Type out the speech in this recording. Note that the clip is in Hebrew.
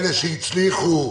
אלה שהצליחו,